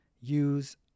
use